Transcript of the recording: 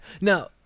Now